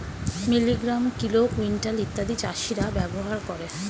milligram, kilo, quintal ইত্যাদি চাষীরা ব্যবহার করে